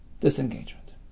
disengagement